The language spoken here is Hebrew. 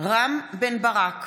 מתחייב אני רם בן ברק,